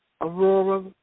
Aurora